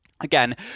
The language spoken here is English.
Again